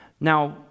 Now